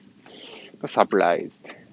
surprised